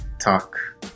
talk